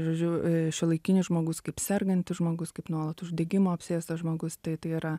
žodžiu šiuolaikinis žmogus kaip sergantis žmogus kaip nuolat uždegimo apsėstas žmogus tai tai yra